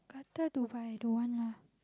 Qatar Dubai don't want lah